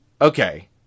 okay